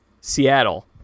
Seattle